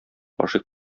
гашыйк